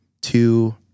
two